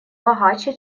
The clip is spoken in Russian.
богаче